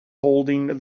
holding